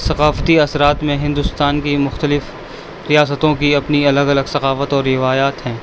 ثقافتی اثرات میں ہندوستان کی مختلف ریاستوں کی اپنی الگ الگ ثقافت اور روایات ہیں